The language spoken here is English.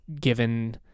given